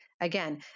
again